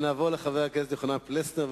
נעבור לחבר הכנסת יוחנן פלסנר,